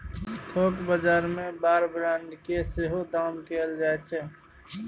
थोक बजार मे बार ब्रांड केँ सेहो दाम कएल जाइ छै